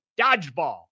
dodgeball